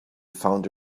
found